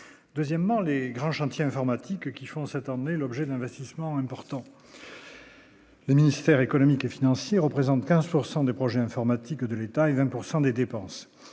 deuxièmement les grands chantiers informatiques qui en est l'objet d'investissements importants. Les ministères économiques et financiers représentent 15 pourcent des projets informatiques de l'État et 20 pourcent des dépenses,